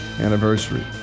anniversary